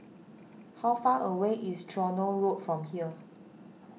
how far away is Tronoh Road from here